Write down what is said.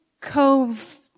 cove